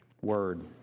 word